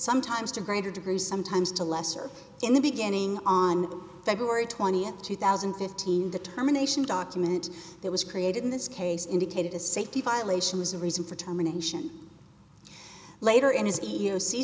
sometimes to a greater degree sometimes to lesser in the beginning on february twentieth two thousand and fifteen determination document that was created in this case indicated a safety violation was a reason for termination later in his ego see